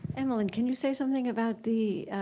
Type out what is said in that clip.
emmelyn, can you say something about the